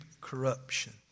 corruption